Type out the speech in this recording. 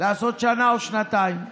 לעשות שנה או שנתיים.